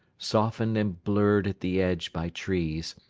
softened and blurred at the edge by trees,